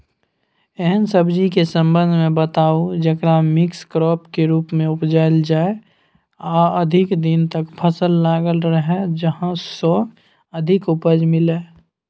एहन सब्जी के संबंध मे बताऊ जेकरा मिक्स क्रॉप के रूप मे उपजायल जाय आ अधिक दिन तक फसल लागल रहे जाहि स अधिक उपज मिले?